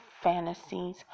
fantasies